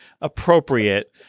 appropriate